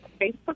Facebook